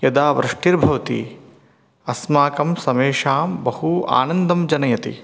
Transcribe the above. यदा वृष्टिर्भवति अस्माकं समेषां बहु आनन्दं जनयति